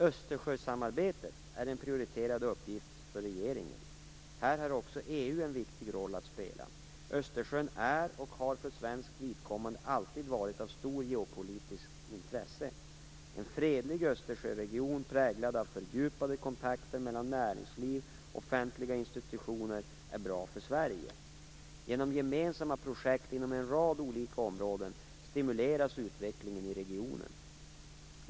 Östersjösamarbetet är en prioriterad uppgift för regeringen. Här har också EU en viktig roll att spela. Östersjön är och har för svenskt vidkommande alltid varit av stort geopolitiskt intresse. En fredlig Östersjöregion, präglad av fördjupade kontakter mellan näringsliv och offentliga institutioner, är bra för Sverige. Genom gemensamma projekt inom en rad olika områden stimuleras utvecklingen i regionen.